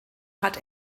hat